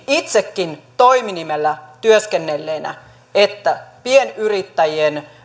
itsekin toiminimellä työskennelleenä ajattelisin mieluummin että pienyrittäjien